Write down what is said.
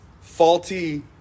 faulty